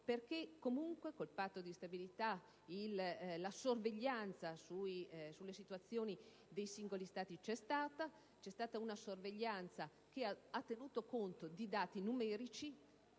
perché con il Patto di stabilità la sorveglianza sulle situazioni dei singoli Stati c'è stata, ma è stata una sorveglianza che ha tenuto conto di dati numerici